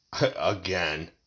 Again